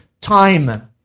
time